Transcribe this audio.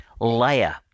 layer